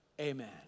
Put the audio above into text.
amen